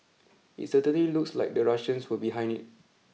it certainly looks like the Russians were behind it